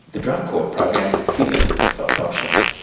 the drug court program isn't a soft option.